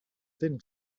thin